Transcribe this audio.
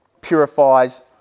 purifies